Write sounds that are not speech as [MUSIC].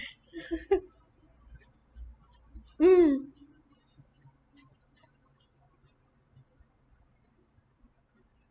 [LAUGHS] mm